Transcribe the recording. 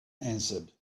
answered